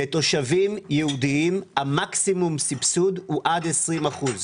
לתושבים יהודיים מקסימום הסבסוד הוא עד 20 אחוזים.